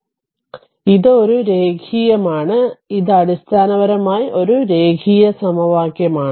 അതിനാൽ ഇത് ഒരു രേഖീയമാണ് അത് അടിസ്ഥാനപരമായി ഒരു രേഖീയ സമവാക്യമാണ്